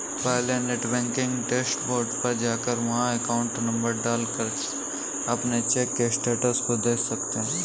पहले net banking dashboard पर जाकर वहाँ अकाउंट नंबर डाल कर अपने चेक के स्टेटस को देख सकते है